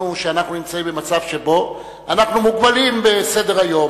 שאנחנו נמצאים במצב שבו אנחנו מוגבלים בסדר-היום.